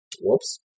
Whoops